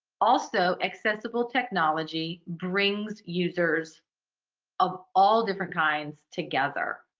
also, accessible technology brings users of all different kinds together.